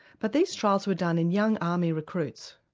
but these trials were done in young army recruits,